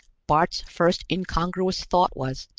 bart's first incongruous thought was,